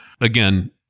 Again